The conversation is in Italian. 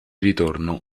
ritorno